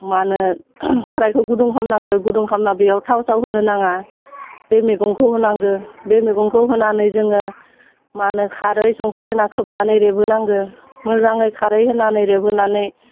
मा होनो साराइखौ गुदुं खामनांगौ गुदुं खामना बेयाव थाव साव होनो नाङा बे मैगंखौ होनांगो बे मैगंखौ होनानै जोङो मा होनो खारै संख्रै होना खोबनानै रेबहोनांगौ मोजाङै खारै होनानै रेबहोनानै